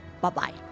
Bye-bye